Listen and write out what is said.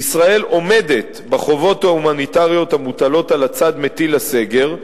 "ישראל עומדת בחובות ההומניטריות המוטלות על הצד מטיל הסגר,